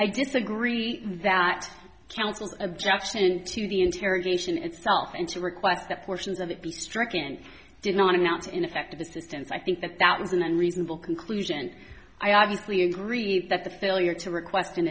i disagree that counsel's objection to the interrogation itself in two requests that portions of it be stricken did not announce ineffective assistance i think that that is an unreasonable conclusion i obviously agree that the failure to request in